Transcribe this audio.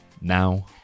now